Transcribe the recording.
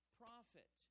prophet